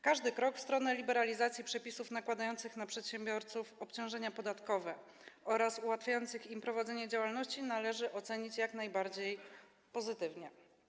Każdy krok w stronę liberalizacji przepisów nakładających na przedsiębiorców obciążenia podatkowe oraz ułatwiających im prowadzenie działalności należy ocenić jak najbardziej pozytywnie.